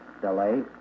delay